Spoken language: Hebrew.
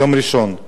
יום ראשון,